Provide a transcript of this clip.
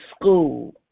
school